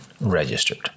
registered